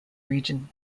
region